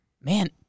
man